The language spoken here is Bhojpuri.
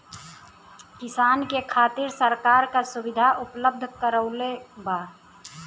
किसान के खातिर सरकार का सुविधा उपलब्ध करवले बा?